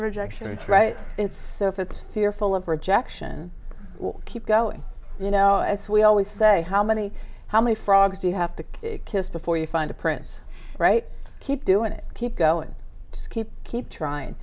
rejection it's right it's so if it's fearful of rejection keep going you know as we always say how many how many frogs do you have to kiss before you find a prince right keep doing it keep going keep keep trying